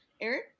Eric